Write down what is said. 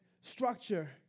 structure